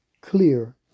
clear